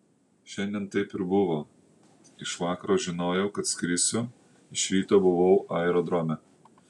šiandien taip ir buvo iš vakaro žinojau kad skrisiu iš ryto buvau aerodrome